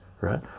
right